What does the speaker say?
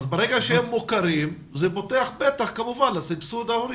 אז ברגע שהם מוכרים זה פותח פתח כמובן לסבסוד ההורים.